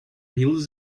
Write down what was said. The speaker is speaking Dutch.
hield